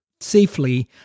safely